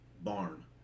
barn